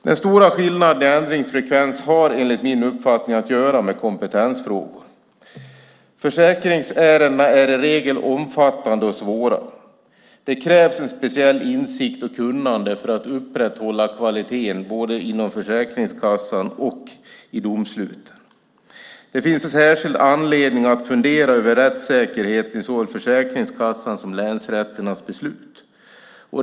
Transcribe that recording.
Den stora skillnaden när det gäller ändringsfrekvensen har enligt min uppfattning att göra med kompetensfrågor. Försäkringsärendena är i regel omfattande och svåra. Det krävs en speciell insikt och ett speciellt kunnande för att upprätthålla kvaliteten både inom Försäkringskassan och i domsluten. Det finns särskild anledning att fundera över rättssäkerheten i såväl Försäkringskassans som länsrätternas beslut.